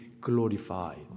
glorified